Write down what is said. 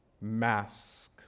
mask